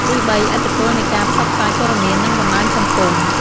ទីបី ឥទ្ធិពលនៃការផ្សព្វផ្សាយព័ត៌មាន និងបណ្តាញសង្គម។